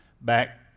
back